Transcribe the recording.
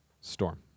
Storm